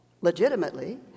legitimately